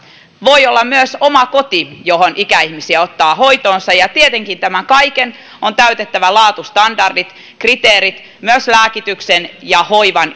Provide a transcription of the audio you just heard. voi olla myös oma koti johon ikäihmisiä ottaa hoitoonsa ja tietenkin tämän kaiken on täytettävä laatu standardit kriteerit myös lääkityksen ja hoivan